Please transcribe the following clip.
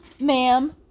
Ma'am